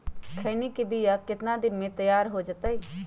खैनी के बिया कितना दिन मे तैयार हो जताइए?